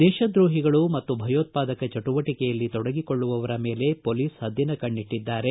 ದೇಶದ್ರೋಹಿಗಳು ಮತ್ತು ಭಯೋತ್ವಾದಕ ಚಟುವಟಿಕೆಯಲ್ಲಿ ತೊಡಗಿಕೊಳ್ಳುವವರ ಮೇಲೆ ಪೊಲೀಸ್ ಪದ್ದಿನ ಕಣ್ಣಟ್ಟಿದ್ದಾರೆ